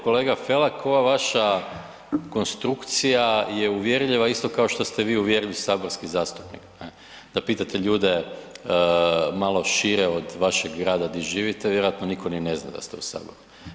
Kolega Felak, ova vaša konstrukcija je uvjerljiva isto kao što ste vi uvjerljiv saborski zastupnik, ne, da pitate ljude malo šire od vašeg grada di živite, vjerovatno nitko ni ne zna da ste u Saboru.